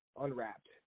unwrapped